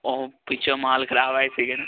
ਉਹ ਪੀਛੇ ਮਾਲ ਖਰਾਬ ਆਏ